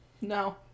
no